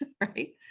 right